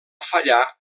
fallar